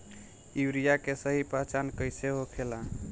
Urea के सही पहचान कईसे होखेला?